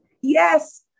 Yes